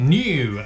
new